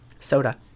Soda